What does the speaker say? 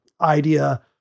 idea